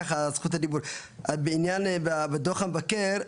בעניין דו"ח המבקר,